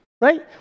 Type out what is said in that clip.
right